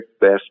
best